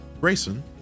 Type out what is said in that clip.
Grayson